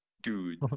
Dude